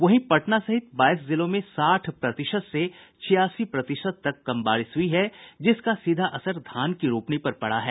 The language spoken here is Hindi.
वहीं पटना सहित बाईस जिलों में साठ प्रतिशत से छियासी प्रतिशत तक कम बारिश हुई है जिसका सीधा असर धान की रोपनी पर पड़ा है